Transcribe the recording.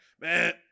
man